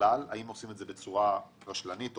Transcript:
"בצורה רשלנית"?